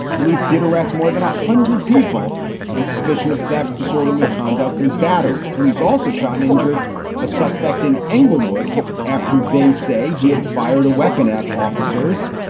police did arrest more than a hundred people on suspicion of theft, disorderly conduct and battery. police also shot and injured a suspect in inglewood after they say he had fired a weapon at officers.